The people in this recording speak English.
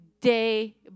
Day